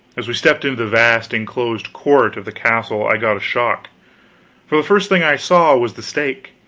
as we stepped into the vast enclosed court of the castle i got a shock for the first thing i saw was the stake,